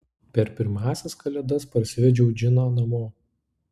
per pirmąsias kalėdas parsivedžiau džiną namo